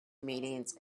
meetings